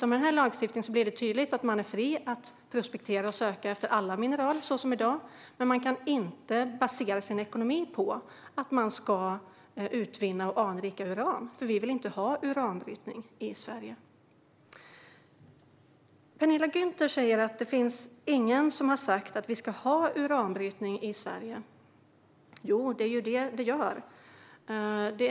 Med den här lagstiftningen blir det tydligt att man är fri att prospektera och söka efter alla mineraler, så som i dag, men man kan inte basera sin ekonomi på att man ska utvinna och anrika uran. Vi vill inte ha uranbrytning i Sverige. Penilla Gunther säger att det inte finns någon som har sagt att vi ska ha uranbrytning i Sverige. Jo, det gör det.